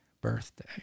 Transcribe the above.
birthday